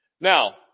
Now